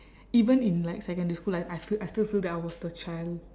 even in like secondary school I I f~ I still feel that I was the child